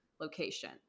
location